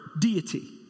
deity